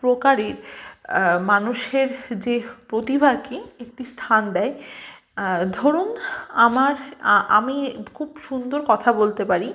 প্রকারই মানুষের যে প্রতিভাকে একটি স্থান দেয় ধরুন আমার আমি খুব সুন্দর কথা বলতে পারি